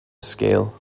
scale